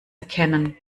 erkennen